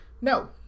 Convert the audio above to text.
No